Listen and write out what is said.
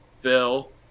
Phil